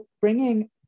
bringing